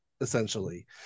essentially